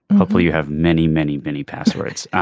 hopefully you have many many many passwords.